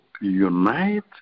unite